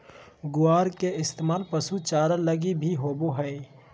ग्वार के इस्तेमाल पशु चारा लगी भी होवो हय